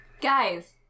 Guys